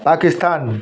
Pakistan